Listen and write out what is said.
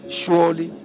surely